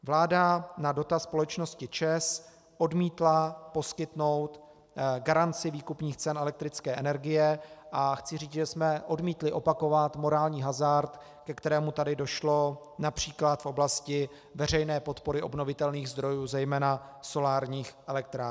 Vláda na dotaz společnosti ČEZ odmítla poskytnout garanci výkupních cen elektrické energie, a chci říct, že jsme odmítli opakovat morální hazard, ke kterému tady došlo například v oblasti veřejné podpory obnovitelných zdrojů, zejména solárních elektráren.